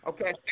Okay